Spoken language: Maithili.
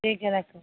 ठीक हय रखू